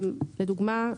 לדוגמה,